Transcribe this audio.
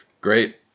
Great